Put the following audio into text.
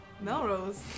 melrose